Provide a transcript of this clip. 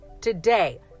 Today